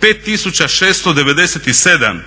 5697